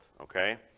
okay